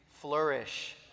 flourish